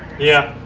yeah.